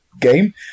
game